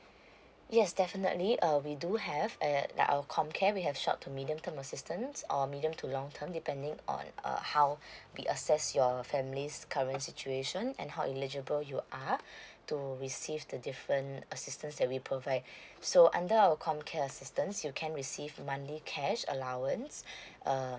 yes definitely uh we do have eh our comcare we have short two medium term assistance or medium to long term depending on how we assess your family's current situation and how eligible you are to receive the different assistance that we provide so under our comcare assistance you can receive monthly cash allowance um